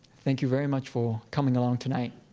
thank you very much for coming along tonight.